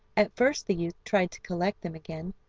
at first the youth tried to collect them again,